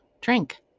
drink